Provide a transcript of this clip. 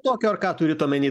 tokio ar ką turit omeny